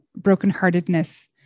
brokenheartedness